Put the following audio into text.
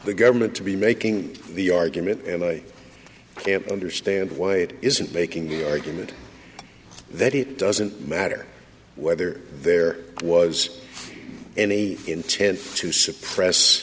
the government to be making the argument understand why it isn't making the argument that it doesn't matter whether there was any intent to suppress